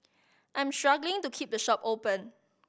I'm struggling to keep the shop open